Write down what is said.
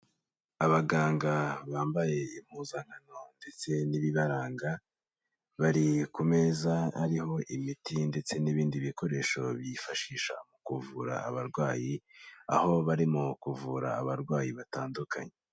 Abaganga bambaye impuzankano ndetse n'ibibaranga, bari ku meza ariho imiti ndetse n'ibindi bikoresho bifashisha mu kuvura abarwayi, aho barimo kuvura abarwayi batandukanye.